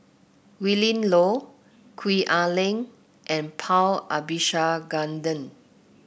Willin Low Gwee Ah Leng and Paul Abisheganaden